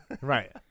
Right